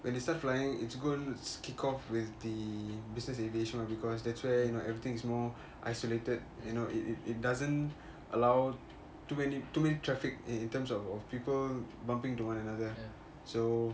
when they start flying it's goal is to kick off with the business aviation because that's where you know everything is more isolated you know it it it doesn't allow too many too many traffic in terms of of people bumping into one another so